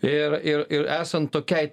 ir ir ir esant tokiai